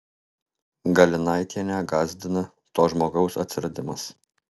galinaitienę gąsdina to žmogaus atsiradimas